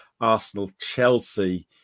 Arsenal-Chelsea